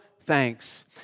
thanks